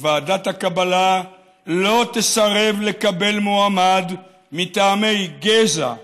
ועדת הקבלה לא תסרב לקבל מועמד מטעמי גזע,